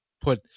put